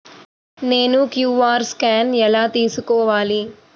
నేను QR scan ఎలా తీసుకోవాలి?